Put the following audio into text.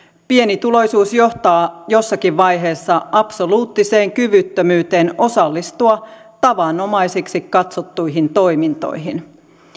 pienituloisuus johtaa jossakin vaiheessa absoluuttiseen kyvyttömyyteen osallistua tavanomaiseksi katsottuihin toimintoihin